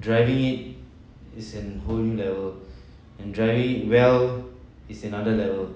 driving it is an whole new level and driving it well is another level